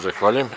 Zahvaljujem.